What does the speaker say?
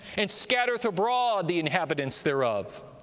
and scattereth abroad the inhabitants thereof.